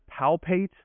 palpate